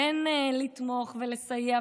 לתמוך ולסייע,